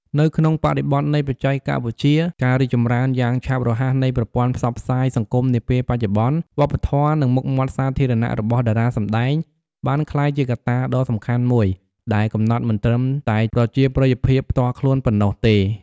នៅក្នុងបរិបទនៃបច្ចេកវិទ្យា និងការរីកចម្រើនយ៉ាងឆាប់រហ័សនៃប្រព័ន្ធផ្សព្វផ្សាយសង្គមនាពេលបច្ចុប្បន្ន វប្បធម៌ និងមុខមាត់សាធារណៈរបស់តារាសម្ដែងបានក្លាយជាកត្តាដ៏សំខាន់មួយដែលកំណត់មិនត្រឹមតែប្រជាប្រិយភាពផ្ទាល់ខ្លួនប៉ុណ្ណោះទេ។